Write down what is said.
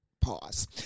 Pause